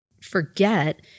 forget